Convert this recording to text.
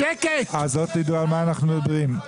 אז לא תדעו על מה אנחנו מדברים.